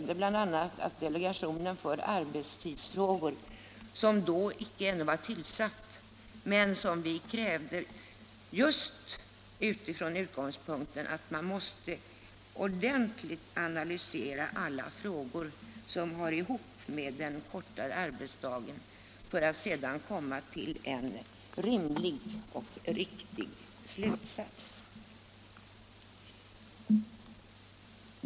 Delegationen för arbetstidsfrågor var då ännu icke tillsatt, men vi krävde att denna delegation tillsattes just från den utgångspunkten att man måste ordentligt analysera alla frågor som hör ihop med den kortare arbetsdagen för att sedan komma till en rimlig och riktig slutsats.